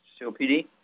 COPD